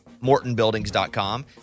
MortonBuildings.com